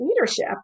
leadership